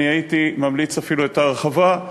הייתי ממליץ אפילו את ההרחבה,